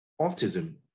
autism